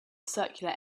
circular